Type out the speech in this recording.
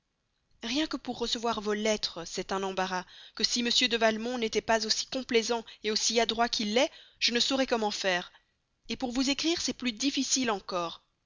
rien que pour recevoir vos lettres c'est un embarras que si m de valmont n'était pas aussi complaisant aussi adroit qu'il l'est je ne saurais comment faire pour vous écrire c'est plus difficile encore